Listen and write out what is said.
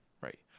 Right